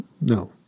No